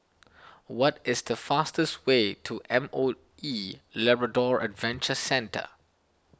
what is the fastest way to M O E Labrador Adventure Centre